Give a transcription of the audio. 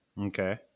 Okay